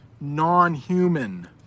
non-human